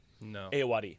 No